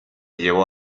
llevó